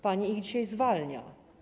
Pani ich dzisiaj zwalnia.